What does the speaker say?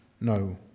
no